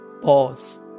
Pause